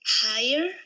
higher